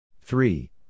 Three